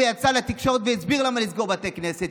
הוא יצא לתקשורת והסביר למה לסגור בתי כנסת,